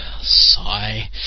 sigh